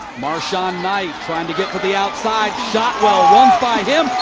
marson-knight trying to get to the outside. shotwell won't find him.